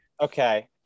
Okay